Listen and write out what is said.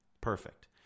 Perfect